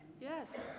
Yes